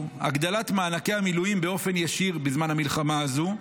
הגדלת מענקי המילואים באופן ישיר בזמן המלחמה הזו,